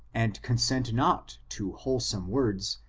and consent not to wholesome words,